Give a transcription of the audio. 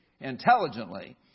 intelligently